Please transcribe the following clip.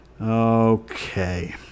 Okay